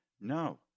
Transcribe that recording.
No